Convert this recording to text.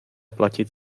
platit